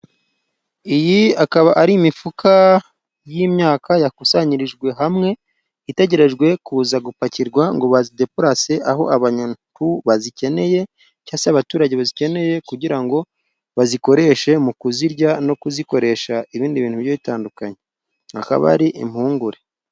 Iyi ikaba ari imifuka y'imyaka yakusanyirijwe hamwe, itegerejwe kuza gupakirwa ngo bazidepurase aho abantu bazikeneye cyangwa se abaturage bazikeneye, kugira ngo bazikoreshe mu kuzirya, no kuzikoresha ibindi bintu bigiye bitandukanye. Akaba ari impungure.